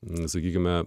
na sakykime